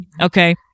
Okay